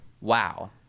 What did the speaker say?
Wow